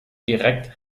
direkt